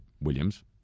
Williams